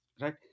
right